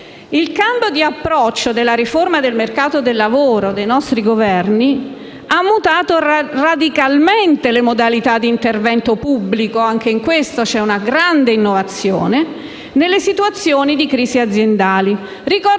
Il cambio di approccio della riforma del mercato del lavoro dei nostri Governi ha mutato radicalmente le modalità di intervento pubblico - anche in questo c'è una grande innovazione - nelle situazioni di crisi aziendali.